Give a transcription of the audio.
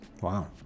Wow